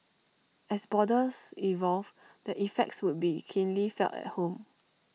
as borders evolve the effects would be keenly felt at home